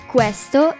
Questo